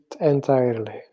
entirely